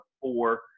four